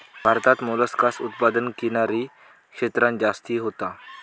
भारतात मोलस्कास उत्पादन किनारी क्षेत्रांत जास्ती होता